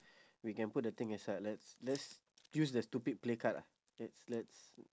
we can put the thing aside let's let's use the stupid play card ah let's let's